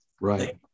right